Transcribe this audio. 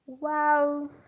Wow